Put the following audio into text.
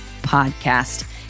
podcast